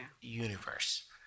universe